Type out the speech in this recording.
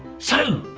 so,